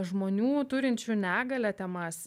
žmonių turinčių negalią temas